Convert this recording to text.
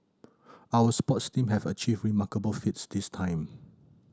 our sports team have achieved remarkable feats this time